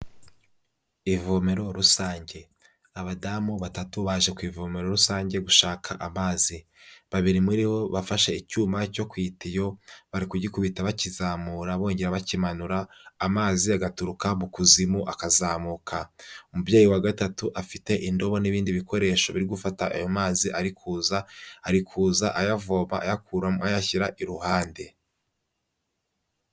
Ivomero rusange abadamu batatu baje ku ivomero rusange gushaka amazi, babiri muri bo bafashe icyuma cyo kwitiyo bari kugikubita bakizamura bongera bakimanura amazi agaturuka mu kuzimu akazamuka, umubyeyi wa gatatu afite indobo n'ibindi bikoresho biri gufata ayo mazi ari kuza, ari kuza ayavoma ayakuramo ayashyira iruhande.